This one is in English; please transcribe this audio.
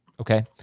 Okay